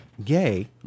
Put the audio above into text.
Gay